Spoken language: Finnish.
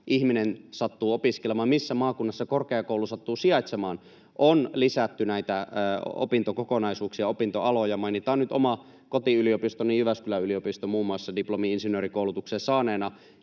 ihminen sattuu opiskelemaan, missä maakunnassa korkeakoulu sattuu sijaitsemaan, on lisätty näitä opintokokonaisuuksia, opintoaloja. Mainitaan nyt muun muassa diplomi-insinöörikoulutuksen saaneena